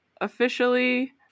officially